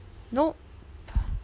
nope